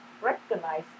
recognize